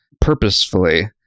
purposefully